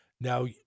Now